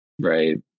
right